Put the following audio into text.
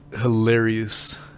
hilarious